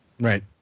right